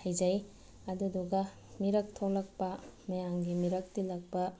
ꯍꯩꯖꯩ ꯑꯗꯨꯗꯨꯒ ꯃꯤꯔꯛ ꯊꯣꯛꯂꯛꯄ ꯃꯌꯥꯝꯒꯤ ꯃꯤꯔꯛ ꯇꯤꯜꯂꯛꯄ